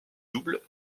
doubles